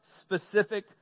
specific